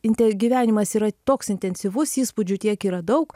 inte gyvenimas yra toks intensyvus įspūdžių tiek yra daug